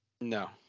No